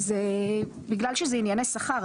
בגלל שאלה ענייני שכר,